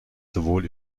sowohl